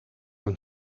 een